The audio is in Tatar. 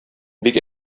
бик